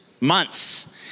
months